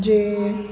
जे